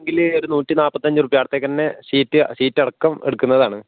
ഒരു നൂറ്റി നാൽപത്തി ഞ്ച് റുപിയ ആടത്തേക്കെന്നെ ഷീറ്റ് ഷീറ്റടക്കം എടുക്കുന്നതാണ്